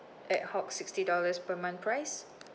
ad hoc sixty dollars per month price